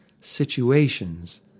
situations